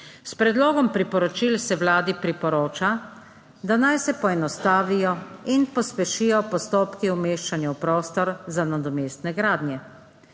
S predlogom priporočil se Vladi priporoča, da naj se poenostavijo in pospešijo postopki umeščanja v prostor za nadomestne gradnje.